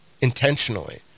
intentionally